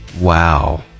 Wow